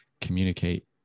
communicate